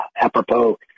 apropos